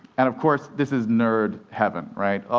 and, of course, this is nerd heaven, right?